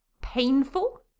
painful